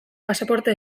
pasaporte